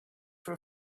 for